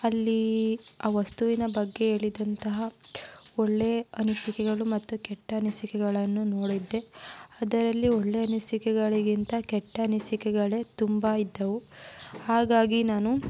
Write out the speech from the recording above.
ಅಲ್ಲಿ ಆ ವಸ್ತುವಿನ ಬಗ್ಗೆ ಹೇಳಿದಂತಹ ಒಳ್ಳೆಯ ಅನಿಸಿಕೆಗಳು ಮತ್ತು ಕೆಟ್ಟ ಅನಿಸಿಕೆಗಳನ್ನು ನೋಡಿದ್ದೆ ಅದರಲ್ಲಿ ಒಳ್ಳೆಯ ಅನಿಸಿಕೆಗಳಿಗಿಂತ ಕೆಟ್ಟ ಅನಿಸಿಕೆಗಳೇ ತುಂಬ ಇದ್ದವು ಹಾಗಾಗಿ ನಾನು